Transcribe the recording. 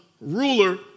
ruler